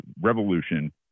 revolution